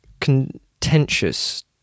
contentious